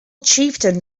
chieftain